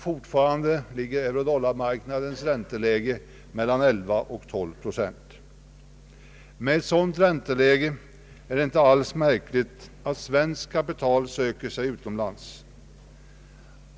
Fortfarande ligger eurodollarmarknadens ränteläge på mellan 11—212 procent. Med ett sådant ränteläge är det inte alls märkligt att svenskt kapital söker sig utomlands.